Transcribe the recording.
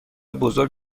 بزرگ